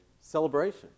celebration